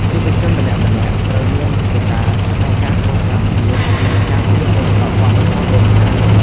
យុវជនម្នាក់ៗត្រូវមានមហិច្ឆតាក្នុងការកសាងជាតិ និងការពារមរតកវប្បធម៌ដូនតា។